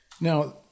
Now